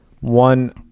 One